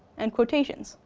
and quotations,